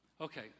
Okay